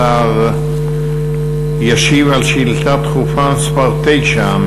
השר ישיב על שאילתה דחופה מס' 9,